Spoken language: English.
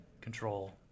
control